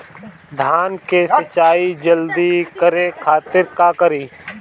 धान के सिंचाई जल्दी करे खातिर का करी?